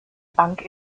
bank